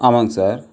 ஆமாங்க சார்